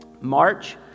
March